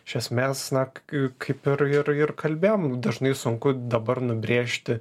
iš esmės na kaip ir ir ir kalbėjom dažnai sunku dabar nubrėžti